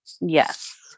yes